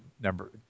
number